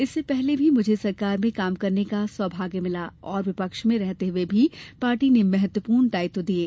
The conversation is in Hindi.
इससे पहले भी मुझे सरकार में काम करने का सौभाग्य मिला और विपक्ष में रहते हुए भी पार्टी ने महत्वपूर्ण दायित्व दिये